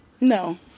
no